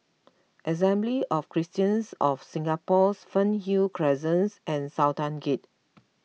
Assembly of Christians of Singapore Fernhill Crescent and Sultan Gate